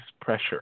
pressure